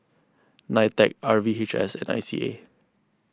Nitec R V H S and I C A